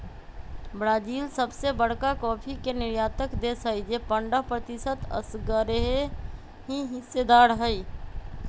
Brazil सबसे बरका coffee के निर्यातक देश हई जे पंडह प्रतिशत असगरेहिस्सेदार हई